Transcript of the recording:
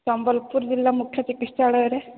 ସମ୍ବଲପୁର ଜିଲ୍ଲା ମୁଖ୍ୟ ଚିକିତ୍ସାଳୟରେ